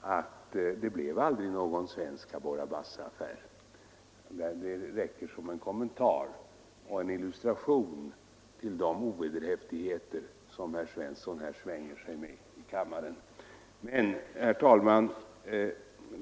att det aldrig blev någon svensk Cabora Bassa-affär. Det torde räcka som kommentar och som en illustration till de ovederhäftigheter som herr Svensson här i kammaren svänger sig med.